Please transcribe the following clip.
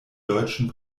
deutschen